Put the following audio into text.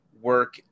work